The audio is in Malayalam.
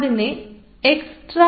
അതിനെ എക്സ്ട്രാ